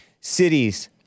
cities